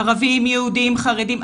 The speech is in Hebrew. ערבים, יהודים, חרדים.